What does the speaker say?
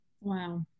Wow